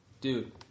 Dude